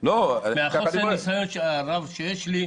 מחוסר הניסיון הרב שיש לי,